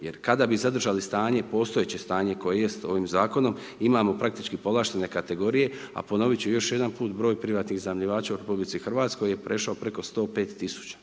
jer kada bi zadržali stanje, postojeće stanje koje jest ovim zakonom imamo praktički povlaštene kategorije a ponovit ću još jedan put broj privatnih iznajmljivača u RH je prešao preko 105